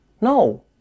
No